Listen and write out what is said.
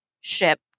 ship